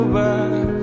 back